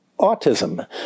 autism